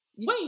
Wait